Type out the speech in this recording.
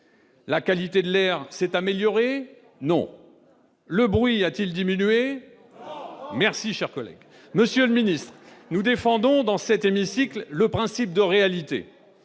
La qualité de l'air s'est-elle améliorée ? Non ! Le bruit a-t-il diminué ? Merci, chers collègues ! Monsieur le ministre, nous défendons, dans cet hémicycle, le principe de réalité.